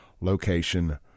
location